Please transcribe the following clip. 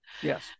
Yes